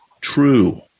true